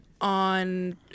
on